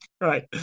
right